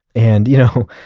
and you know,